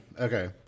Okay